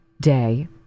day